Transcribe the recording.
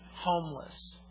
homeless